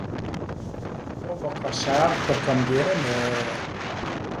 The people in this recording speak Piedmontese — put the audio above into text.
Roba ch'a serv për cambieme